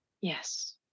Yes